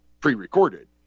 pre-recorded